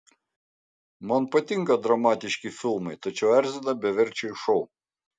man patinka dramatiški filmai tačiau erzina beverčiai šou